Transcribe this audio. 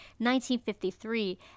1953